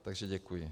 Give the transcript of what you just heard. Takže děkuji.